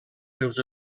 seus